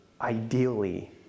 ideally